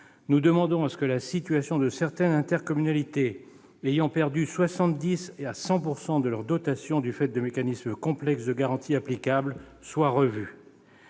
Nous demandons que la situation de certaines intercommunalités ayant perdu de 70 % à 100 % de leur dotation du fait de mécanismes complexes de garantie applicables, soit revue.